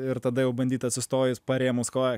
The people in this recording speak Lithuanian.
ir tada jau bandyt atsistojus parėmus koją